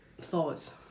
Thoughts